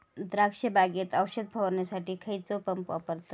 द्राक्ष बागेत औषध फवारणीसाठी खैयचो पंप वापरतत?